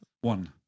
One